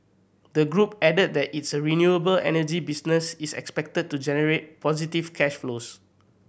the group added that its renewable energy business is expected to generate positive cash flows